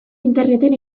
interneten